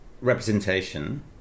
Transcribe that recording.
representation